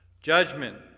judgment